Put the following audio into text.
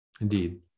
Indeed